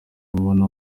mubona